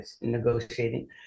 negotiating